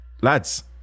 lads